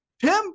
Tim